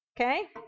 Okay